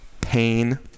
pain